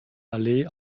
allee